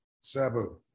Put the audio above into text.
Sabu